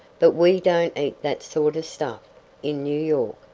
but we don't eat that sort of stuff in new york.